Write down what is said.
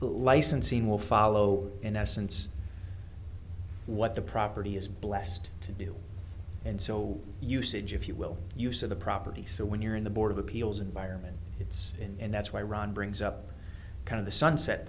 the licensing will follow in essence what the property is blessed to do and so usage if you will use of the property so when you're in the board of appeals environment it's in and that's why ron brings up kind of the sunset